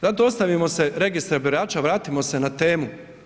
Zato ostavimo se registra birača, vratimo se na temu.